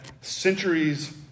centuries